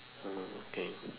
mm K